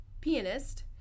pianist